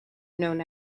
known